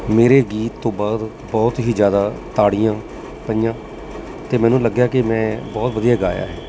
ਮੇਰੇ ਗੀਤ ਤੋਂ ਬਾਅਦ ਬਹੁਤ ਹੀ ਜ਼ਿਆਦਾ ਤਾੜੀਆਂ ਪਈਆਂ ਅਤੇ ਮੈਨੂੰ ਲੱਗਿਆ ਕਿ ਮੈਂ ਬਹੁਤ ਵਧੀਆ ਗਾਇਆ ਹੈ